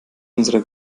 unserer